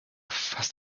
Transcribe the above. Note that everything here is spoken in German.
fast